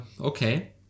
okay